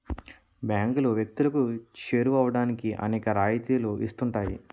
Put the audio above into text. బ్యాంకులు వ్యక్తులకు చేరువవడానికి అనేక రాయితీలు ఇస్తుంటాయి